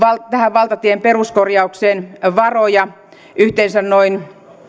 valtatien peruskorjaukseen varoja yhteensä noin